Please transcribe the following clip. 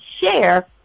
share